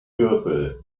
würfel